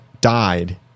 died